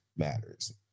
Matters